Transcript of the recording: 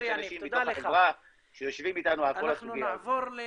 יש אנשים מתוך החברה שיושבים איתנו על כל הסוגיה הזאת.